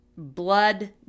Blood